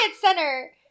center